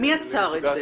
מי עצר את זה?